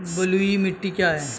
बलुई मिट्टी क्या है?